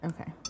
Okay